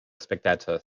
spectator